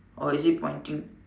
or is it pointing